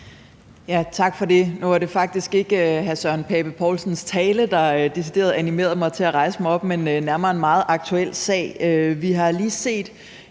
Tak for det. Nu var det faktisk ikke decideret hr. Søren Pape Poulsens tale, der animerede mig til at rejse mig op, men nærmere en meget aktuel sag. Vi har her